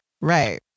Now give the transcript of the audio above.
Right